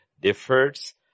differs